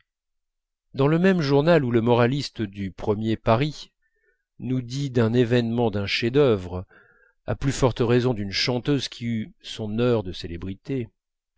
dans le même journal où le moraliste du premier paris nous dit d'un événement d'un chef-d'œuvre à plus forte raison d'une chanteuse qui eut son heure de célébrité